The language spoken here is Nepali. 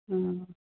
अँ